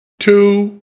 two